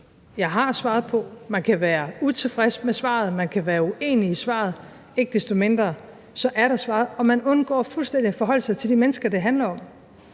jeg har svaret på. Man kan være utilfreds med svaret, man kan være uenig i svaret, men ikke desto mindre er der svaret. Og man undgår fuldstændig at forholde sig til de mennesker, det handler om.